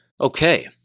Okay